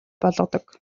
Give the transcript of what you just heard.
болгодог